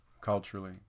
culturally